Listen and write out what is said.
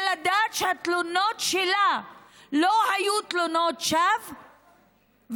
לדעת שהתלונות שלה לא היו תלונות שווא?